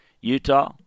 Utah